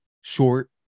short